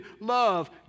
Love